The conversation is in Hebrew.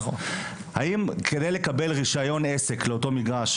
האם כדי לקבל רישיון עסק לאותו מגרש,